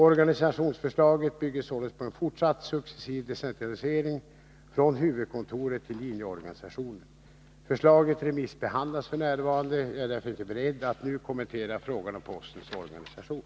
Organisationsförslaget bygger således på en fortsatt successiv decentralisering från huvudkontoret till linjeorganisationen. Förslaget remissbehandlas f. n. Jag är därför inte beredd att nu kommentera frågan om postens organisation.